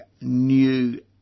new